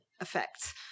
effects